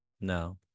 No